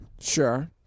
Sure